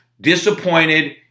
disappointed